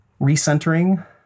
recentering